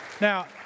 Now